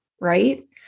right